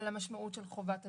על המשמעות של חובת הדיווח,